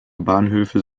bahnhöfe